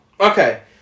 Okay